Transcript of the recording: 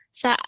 sa